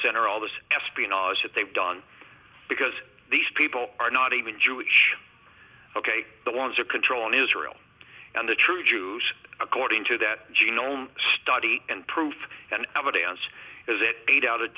center all this espionage that they've done because these people are not even jewish ok the ones are controlling israel and the true jews according to that genome study and proof and evidence is it eight out of